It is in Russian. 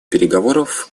переговоров